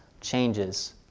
changes